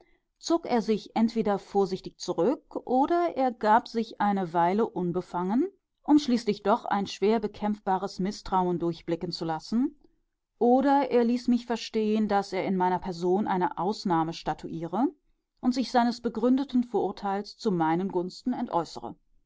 zog er sich entweder vorsichtig zurück oder er gab sich eine weile unbefangen um schließlich doch ein schwer bekämpfbares mißtrauen durchblicken zu lassen oder er ließ mich verstehen daß er in meiner person eine ausnahme statuiere und sich seines begründeten vorurteils zu meinen gunsten entäußere